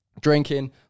Drinking